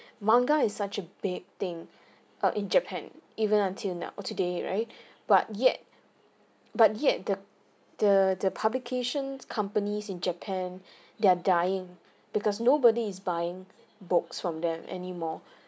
manga is such a big thing uh in japan even until now or today right but yet but yet the the the publication companies in japan they are dying because nobody is buying books from them anymore